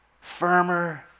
firmer